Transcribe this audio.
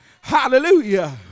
Hallelujah